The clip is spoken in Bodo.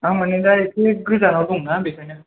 आं माने दा एसे गोजानाव दं ना बेखायनो